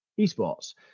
esports